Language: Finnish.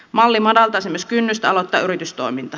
malli madaltaisi myös kynnystä aloittaa yritystoiminta